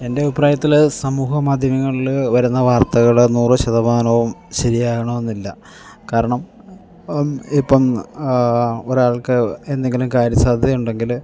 എൻ്റെ അഭിപ്രായത്തിൽ സമൂഹ മാധ്യമിങ്ങളിൽ വരുന്ന വാർത്തകൾ നൂറു ശതമാനവും ശരിയാകണമെന്നില്ല കാരണം ഇപ്പം ഒരാൾക്ക് എന്തെങ്കിലും കാര്യസാധ്യതയുണ്ടെങ്കിൽ